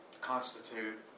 constitute